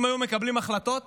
אם היו מקבלים החלטות